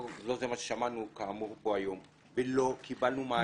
לא זה מה ששמענו כאמור פה כיום, ולא קיבלנו מענה.